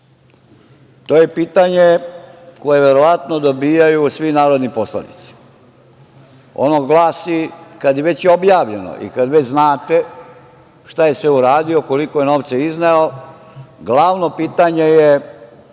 je pitanje koji verovatno dobijaju svi narodni poslanici. Ono glasi, kada je već objavljeno i kada već znate, šta je sve uradio i koliko je novca izneo, glavno pitanje je